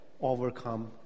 overcome